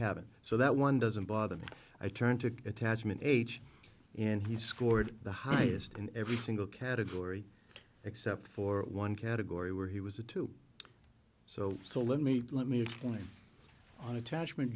haven't so that one doesn't bother me i turn to attachment age and he scored the highest in every single category except for one category where he was a two so so let me let me explain on attachment